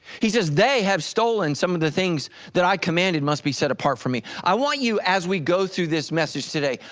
he says they have stolen some of the things that i commanded must be set apart from me, i want you as we go through this message today,